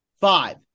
Five